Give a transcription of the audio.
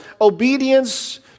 obedience